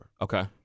Okay